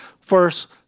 first